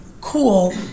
cool